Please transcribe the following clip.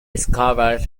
discovered